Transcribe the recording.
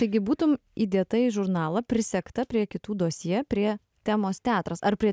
taigi būtum įdėta į žurnalą prisegta prie kitų dosjė prie temos teatras ar prie